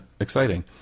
exciting